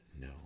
no